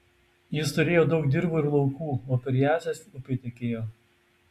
jis turėjo daug dirvų ir laukų o per jąsias upė tekėjo